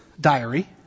diary